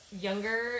younger